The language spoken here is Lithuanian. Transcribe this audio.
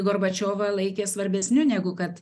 gorbačiovą laikė svarbesniu negu kad